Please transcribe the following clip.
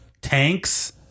Tanks